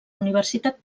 universitat